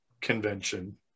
convention